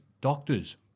doctor's